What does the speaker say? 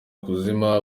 kuzima